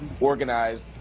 organized